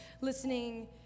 listening